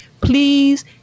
please